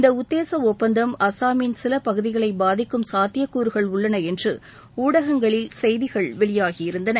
இந்த உத்தேச ஒப்பந்தம் அஸ்ஸாமின் சில பகுதிகளை பாதிக்கும் சாத்தியக்கூறுகள் உள்ளன என்று ஊடகங்களில் செய்திகள் வெளியாகியிருந்தன